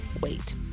wait